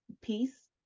peace